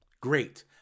great